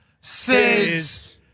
says